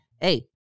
Hey